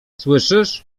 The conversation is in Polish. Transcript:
słyszysz